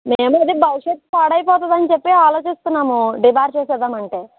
మేము అదే భవిష్యత్తు పాడైపోతుంది అని చెప్పి ఆలోచిస్తున్నాము డిబార్ చేసేద్దాం అంటే